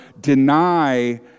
deny